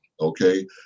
okay